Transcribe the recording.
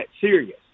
serious